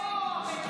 אוה.